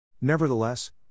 Nevertheless